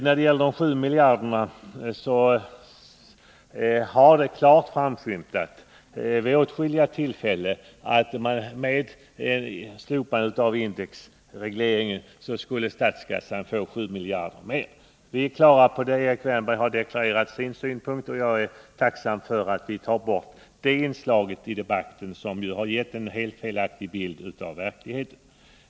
När det gäller de 7 miljarderna har det klart framskymtat vid åtskilliga tillfällen att statskassan, om indexregleringen slopades, skulle tillföras 7 miljarder kronor. Erik Wärnberg har här deklarerat sin synpunkt, och jag är tacksam för att vi därmed kan ta bort inslag av den här typen i debatten. De har ju gett en felaktig bild av verkligheten.